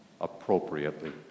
appropriately